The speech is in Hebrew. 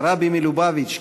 הרבי מלובביץ',